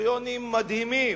קריטריונים מדהימים,